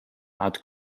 art